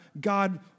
God